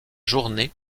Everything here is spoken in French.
journée